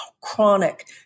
chronic